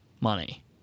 money